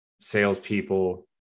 salespeople